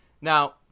Now